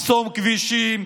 לחסום כבישים,